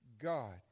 God